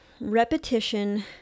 repetition